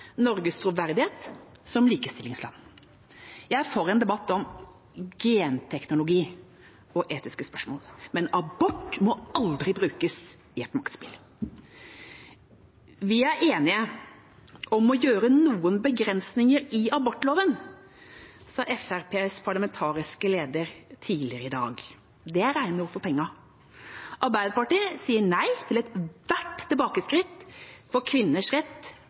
Norges troverdighet som likestillingsland. Jeg er for en debatt om genteknologi og etiske spørsmål, men abort må aldri brukes i et maktspill! Vi er enige om å gjøre noen begrensninger i abortloven, sa Fremskrittspartiets parlamentariske leder tidligere i dag. Det er rene ord for pengene. Arbeiderpartiet sier nei til ethvert tilbakeskritt for kvinners rett